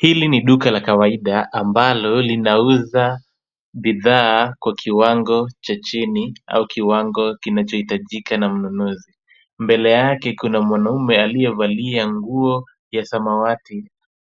Hili ni duka la kawaida ambalo linauza bidhaa kwa kiwango cha chini au kiwango kinachohitajika na mnunuzi. Mbele yake kuna mwanaume aliyevalia nguo ya samawati